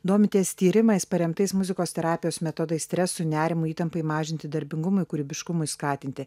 domitės tyrimais paremtais muzikos terapijos metodais stresui nerimui įtampai mažinti darbingumui kūrybiškumui skatinti